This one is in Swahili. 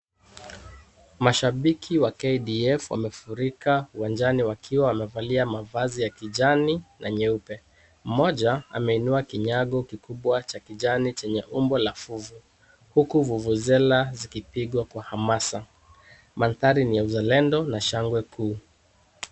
Mashabiki wa KDF wamefurika uwanjani wakiwa wamevalia mavazi ya kijani na nyeupe. Mmoja ameinua kinyago kikubwa cha kijani chenye umbo la fuvu. Huku vuvuzela zikipiga kwa hamasa. Mandhari ni ya uzalendo na shangwe kuu.